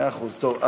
מאה אחוז, טוב.